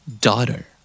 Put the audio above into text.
Daughter